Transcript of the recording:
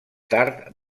tard